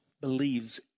believes